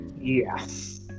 yes